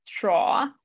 draw